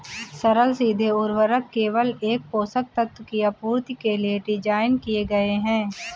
सरल सीधे उर्वरक केवल एक पोषक तत्व की आपूर्ति के लिए डिज़ाइन किए गए है